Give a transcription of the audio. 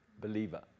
believer